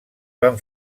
van